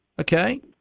okay